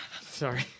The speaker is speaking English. Sorry